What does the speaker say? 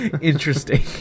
Interesting